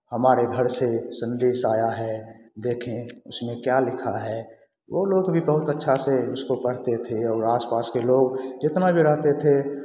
हमारे घर से सन्देश आया है देखें उसमें क्या लिखा है वो लोग भी बहुत अच्छा से उसको पढ़ते थे और आसपास के लोग जितना भी रहते थे